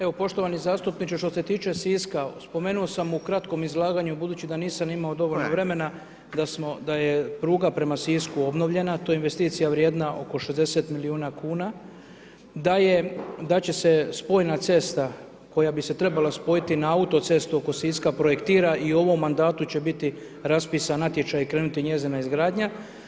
Evo poštovani zastupniče što se tiče Siska spomenuo sam u kratkom izlaganju budući da nisam imamo dovoljno vremena da smo da je pruga prema Sisku obnovljena, to je investicija vrijedna oko 60 milijuna kuna, da je da će se spojna cesta koja bi se trebala spojiti na autocestu oko Siska projektira i u ovom mandatu će biti raspisan natječaj i krenuti njezina izgradnja.